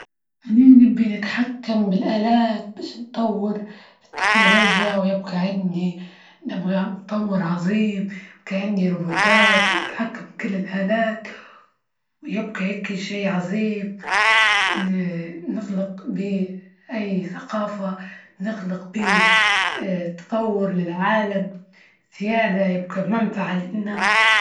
هنا نبي نتحكم بالآلات، باش نطور التكنولوجيا ويبقى عندي، نبغى مطور عظيم، وكأني روبوتات، وتحطم كل الآلات ويبقى هكا شيء عظيم نخلق بية أي ثقافة، نخلق بية تطور للعالم زيادة، يبقى منفعة لإلنا.